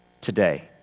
today